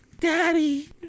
Daddy